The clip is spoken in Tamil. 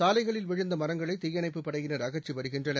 சாலைகளில் விழுந்த மரங்களை தீயணைப்புப் படையினர் அகற்றி வருகின்றனர்